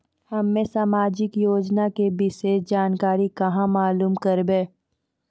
हम्मे समाजिक योजना के विशेष जानकारी कहाँ मालूम करबै?